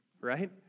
right